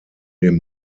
dem